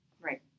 right